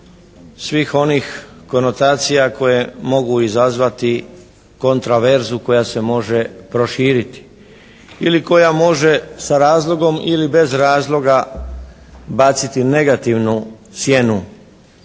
svih onih konotacija koje mogu izazvati kontraverzu koja se može proširiti ili koja može sa razlogom ili bez razloga baciti negativnu sjenu